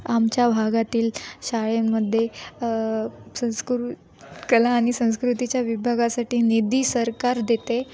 आमच्या भागातील शाळेंमध्ये संस्कृत कला आणि संस्कृतीच्या विभागासाठी निधी सरकार देते